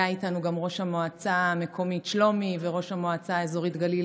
היה איתנו גם ראש המועצה המקומית שלומי וראש המועצה האזורית גליל